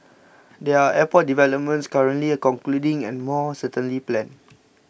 there are airport developments currently concluding and more certainly planned